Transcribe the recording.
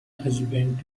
husband